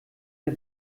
der